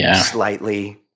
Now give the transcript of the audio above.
slightly